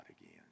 again